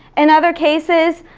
in other cases,